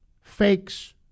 fakes